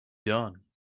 done